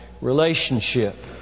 relationship